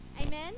Amen